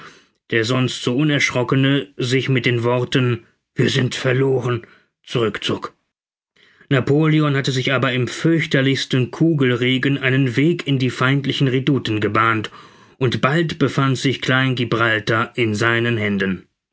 der sonst so unerschrockene sich mit den worten wir sind verloren zurückzog napoleon hatte sich aber im fürchterlichsten kugelregen einen weg in die feindlichen redouten gebahnt und bald befand sich kleingibraltar in seinen händen